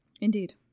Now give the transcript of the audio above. Indeed